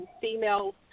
female